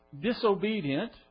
disobedient